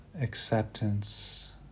acceptance